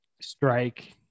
strike